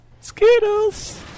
Skittles